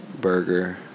burger